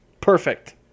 Perfect